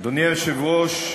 אדוני היושב-ראש,